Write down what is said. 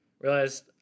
realized